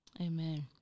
Amen